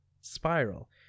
spiral